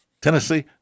Tennessee